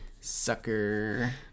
Sucker